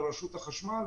ט"ו בכסלו תשפ"א.